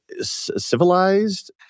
Civilized